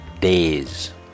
days